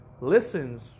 Listens